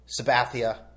Sabathia